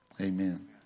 Amen